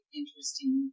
interesting